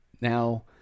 Now